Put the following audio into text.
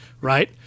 right